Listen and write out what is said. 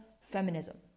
feminism